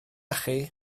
chi